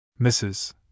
Mrs